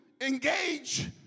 engage